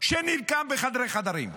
שנרקם בחדרי חדרים.